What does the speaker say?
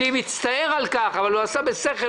אני מצטער על כך, אבל הוא עשה בשכל.